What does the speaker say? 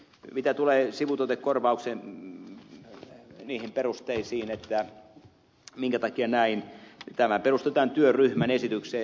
mitä tulee sivutuotekorvaukseen ja perusteisiin minkä takia näin tämä perustuu tämän työryhmän esitykseen